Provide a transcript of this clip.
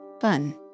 Fun